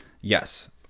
yes